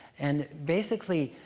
and basically,